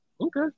okay